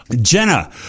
jenna